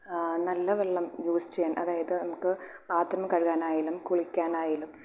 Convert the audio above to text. നല്ല വെള്ളം യൂസ് ചെയ്യാൻ അതായത് നമുക്ക് പാത്രം കഴുകാനായാലും കുളിയ്ക്കാനായലും